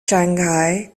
shanghai